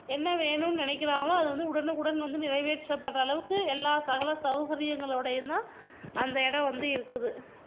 என்ன வேணும் நினைக்கிறாங்களோ அது வந்து உடனுக்குடன் வந்து நிறைவேற்றப் படுற அளவுக்கு எல்லா சகல சவுகரியங்களோடயுந்தான் அந்த இடம் வந்து இருக்குது